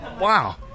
Wow